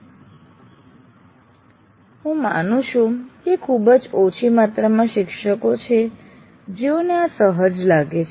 હું માનું છું કે ખુબ જ ઓછી માત્રામાં શિક્ષકો છે જેઓ ને આ સહજ લાગે છે